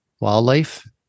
wildlife